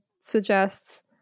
suggests